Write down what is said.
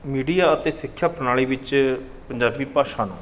media ਅਤੇ ਸਿੱਖਿਆ ਪ੍ਰਣਾਲੀ ਵਿੱਚ ਪੰਜਾਬੀ ਭਾਸ਼ਾ ਨੂੰ